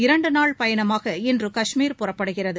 இரண்டு நாள் பயணமாக இன்று காஷ்மீர் புறப்படுகிறது